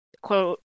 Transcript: quote